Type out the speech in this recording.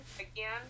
again